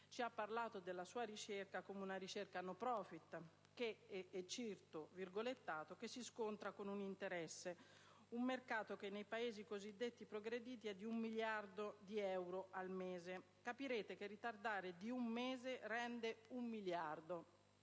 ci ha descritto la sua ricerca come una ricerca *non profit*, che «si scontra con un interesse, un mercato che nei Paesi cosiddetti progrediti è di un miliardo di euro al mese. Capirete che ritardare di un mese rende un miliardo